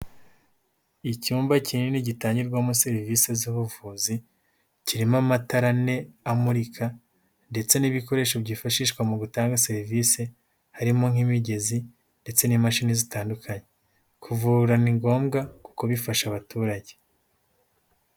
Icyumba kinini gitangirwamo serivise z'ubuvuzi, kirimo amatara ane amurika ndetse n'ibikoresho byifashishwa mu gutanga serivise, harimo nk'imigezi ndetse n'imashini zitandukanye. Kuvura ni ngombwa kuko bifasha abaturage.